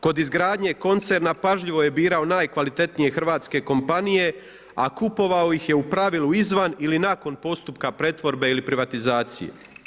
Kod izgradnje koncerna pažljivo je birao najkvalitetnije hrvatske kompanije, a kupovao ih je, u pravilu, izvan ili nakon postupka pretvorbe ili privatizacije.